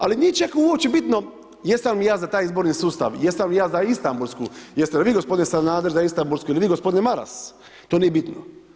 Ali, nije čak uopće bitno, jesam li ja za taj izborni sustav, jesam li ja za Istanbulsku, jeste li vi gospodine Sanader za Istanbulsku, ili vi gospodine Maras, to nije bitno.